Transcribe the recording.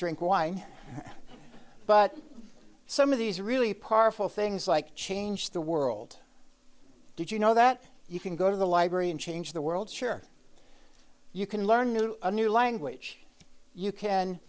drink wine but some of these really partial things like change the world did you know that you can go to the library and change the world sure you can learn a new language you can